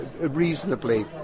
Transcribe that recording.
reasonably